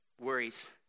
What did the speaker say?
worries